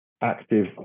active